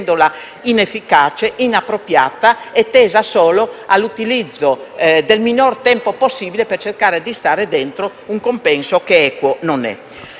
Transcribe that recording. rendendola inefficace, inappropriata e tesa solo all'utilizzo del minor tempo possibile per cercare di stare dentro un compenso che equo non è.